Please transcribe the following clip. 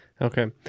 Okay